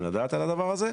לדעת על זה.